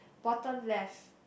bottom left